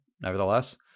nevertheless